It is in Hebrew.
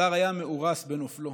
הדר היה מאורס בנופלו,